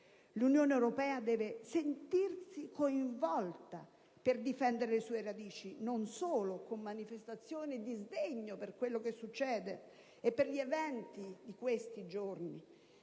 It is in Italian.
L'Unione europea deve sentirsi coinvolta per difendere le sue radici, non solo con manifestazioni di sdegno per gli eventi di questi giorni,